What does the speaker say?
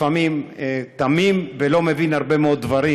לפעמים תמים ולא מבין הרבה מאוד דברים.